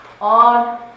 on